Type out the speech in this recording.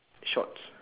shorts